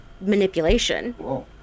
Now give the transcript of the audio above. manipulation